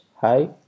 Hi